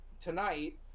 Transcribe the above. tonight